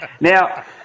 Now